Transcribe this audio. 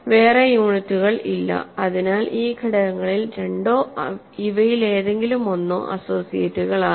വേറെ യൂണിറ്റുകൾ ഇല്ല അതിനാൽ ഈ ഘടകങ്ങളിൽ രണ്ടോ ഇവയിൽ ഏതെങ്കിലും ഒന്നോ അസ്സോസിയേറ്റുകകളാകാം